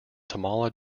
tamala